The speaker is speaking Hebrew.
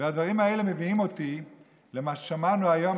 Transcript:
והדברים האלה מביאים אותי למה ששמענו היום,